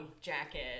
jacket